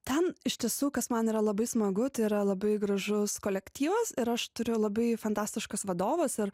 ten iš tiesų kas man yra labai smagu tai yra labai gražus kolektyvas ir aš turiu labai fantastiškus vadovus ir